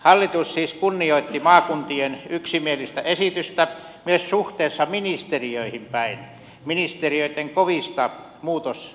hallitus siis kunnioitti maakuntien yksimielistä esitystä myös suhteessa ministeriöihin päin ministeriöitten kovista muutosesityksistä huolimatta